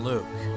Luke